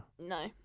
no